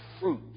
fruit